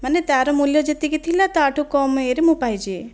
ମାନେ ତା'ର ମୂଲ୍ୟ ଯେତିକି ଥିଲା ଟା ଠୁ କମ ଇଏ ରେ ମୁଁ ପାଇଛି